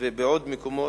ובעוד מקומות.